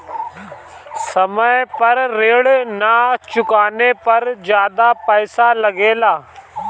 समय पर ऋण ना चुकाने पर ज्यादा पईसा लगेला?